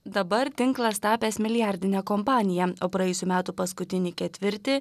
dabar tinklas tapęs milijardine kompanija o praėjusių metų paskutinį ketvirtį